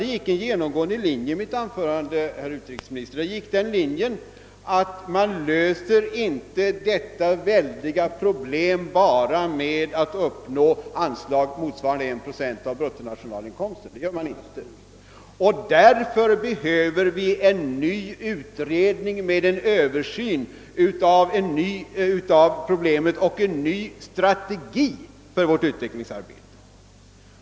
Det fanns en genomgående linje i mitt anförande, herr utrikesminister, nämligen att vi inte löser detta väldiga problem genom att uppnå anslag motsvarande 1 procent av bruttonationalinkomsten och att det därför behövs en ny utredning, en ny Översyn av problemen och en ny strategi för vårt utvecklingsarbete.